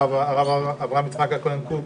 הרב אברהם יצחק הכהן קוק